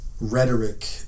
rhetoric